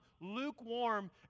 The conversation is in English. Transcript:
lukewarm